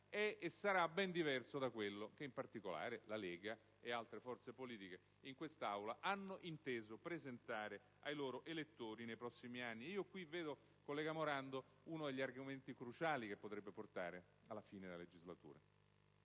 e sarà ben diverso da quelle che, in particolare la Lega, ma anche altre forze politiche in quest'Aula, hanno inteso presentare ai loro elettori per i prossimi anni. In ciò scorgo, collega Morando, uno degli elementi cruciali che potrebbero portare alla fine della legislatura.